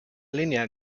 línea